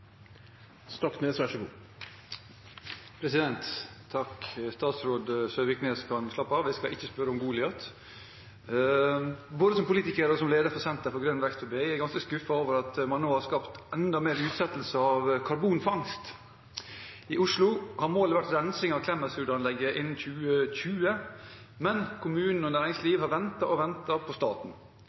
Statsråd Søviknes kan slappe av, jeg skal ikke spørre om Goliat. Både som politiker og som leder for Senter for grønn vekst på BI er jeg ganske skuffet over at man nå har skapt enda en utsettelse av karbonfangst. I Oslo har målet vært rensing av Klemetsrudanlegget innen 2020, men kommunen og næringslivet har ventet og ventet på staten.